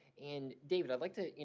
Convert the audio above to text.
and david, i'd like to, you